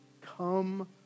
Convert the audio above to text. Come